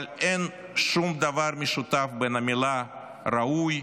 אבל אין שום דבר משותף בין המילה "ראוי"